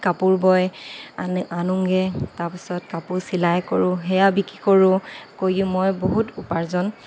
কাপোৰ বয় আনে আনোঁগে তাৰ পিছত কাপোৰ চিলাই কৰোঁ সেয়া বিক্ৰী কৰোঁ কৰি মই বহুত উপাৰ্জন